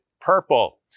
purple